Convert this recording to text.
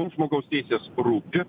mums žmogaus teisės rūpi